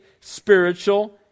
spiritual